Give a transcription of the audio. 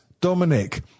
Dominic